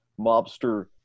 mobster